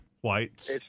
White's